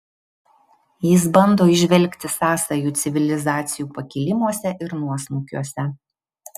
jis bando įžvelgti sąsajų civilizacijų pakilimuose ir nuosmukiuose